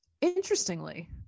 interestingly